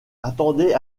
attendait